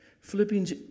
Philippians